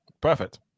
perfect